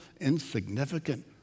insignificant